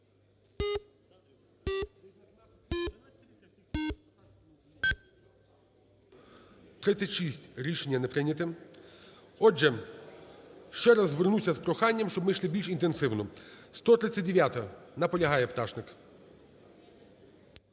За-36 Рішення не прийнято. Отже, ще раз звернуся з проханням, щоб ми йшли більш інтенсивно. 139-а. Наполягає. Пташник.